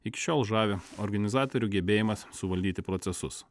iki šiol žavi organizatorių gebėjimas suvaldyti procesus